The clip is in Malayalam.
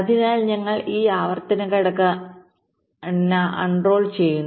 അതിനാൽ ഞങ്ങൾ ഈ ആവർത്തന ഘടന അൺറോൾ ചെയ്യുന്നു